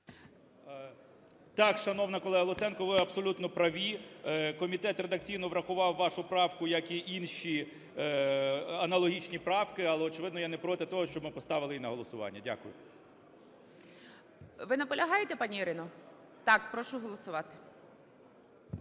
Так, шановна колего Луценко, ви абсолютно праві: комітет редакційно врахував вашу правку, як і інші, аналогічні правки. Але очевидно я не проти того, щоб ми поставили її на голосування. Дякую. ГОЛОВУЮЧИЙ. Ви наполягаєте, пані Ірино? Так. Прошу голосувати.